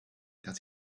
that